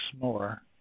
more